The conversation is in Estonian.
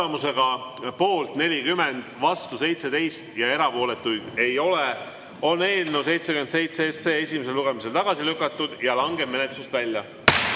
poolt 40, vastu 17 ja erapooletuid ei ole, on eelnõu 77 esimesel lugemisel tagasi lükatud ja langeb menetlusest välja.